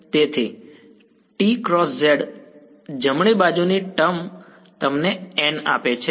તેથી જમણા બાજુની ટર્મ તમને આપે છે